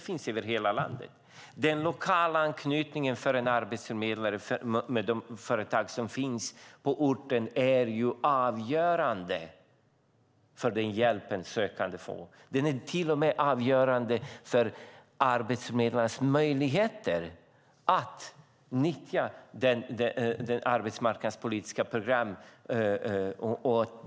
Arbetsförmedlarens lokala anknytning till de företag som finns på orten är avgörande för den hjälp en arbetssökande får. Den är till och med avgörande för arbetsförmedlarens möjligheter att nyttja arbetsmarknadspolitiska program.